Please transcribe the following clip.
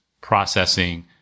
processing